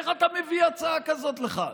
איך אתה מביא הצעה כזאת לכאן?